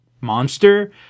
monster